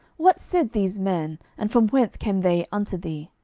what said these men? and from whence came they unto thee?